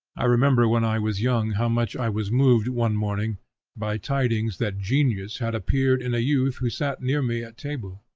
i remember when i was young how much i was moved one morning by tidings that genius had appeared in a youth who sat near me at table.